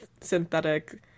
synthetic